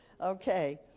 Okay